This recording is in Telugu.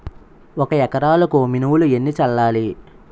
ఒక ఎకరాలకు మినువులు ఎన్ని చల్లాలి?